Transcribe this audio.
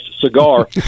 cigar